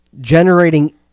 generating